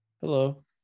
Hello